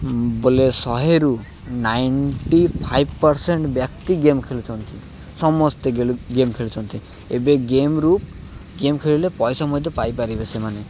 ବୋଲେ ଶହେରୁ ninety five percent ବ୍ୟକ୍ତି ଗେମ୍ ଖେଳୁଛନ୍ତି ସମସ୍ତେ ଗେମ୍ ଖେଳୁଛନ୍ତି ଏବେ ଗେମ୍ରୁ ଗେମ୍ ଖେଳିଲେ ପଇସା ମଧ୍ୟ ପାଇପାରିବେ ସେମାନେ